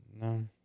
No